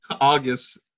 August